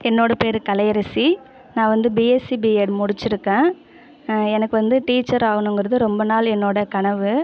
என்னோடய பேர் கலையரசி நான் வந்து பிஎஸ்சி பிஎட் முடிச்சிருக்கேன் எனக்கு வந்து டீச்சர் ஆகணுங்கிறது ரொம்ப நாள் என்னோடய கனவு